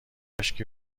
کاشکی